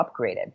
upgraded